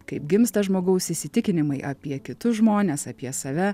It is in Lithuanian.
kaip gimsta žmogaus įsitikinimai apie kitus žmones apie save